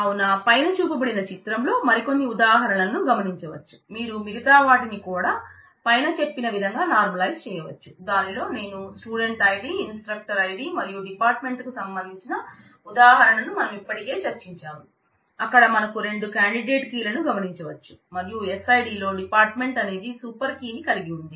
కావున పైన చూపబడిన చిత్రంలో మరికొన్ని ఉదాహారణలను గమనించవచ్చు మీరు మిగతా వాటిని కూడా పైన చెప్పిన విధంగా నార్మలైజ్ ని కలిగి ఉంది